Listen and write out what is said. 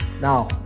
Now